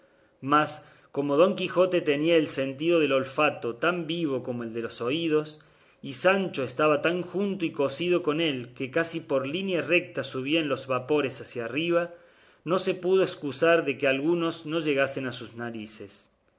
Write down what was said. mas como don quijote tenía el sentido del olfato tan vivo como el de los oídos y sancho estaba tan junto y cosido con él que casi por línea recta subían los vapores hacia arriba no se pudo escusar de que algunos no llegasen a sus narices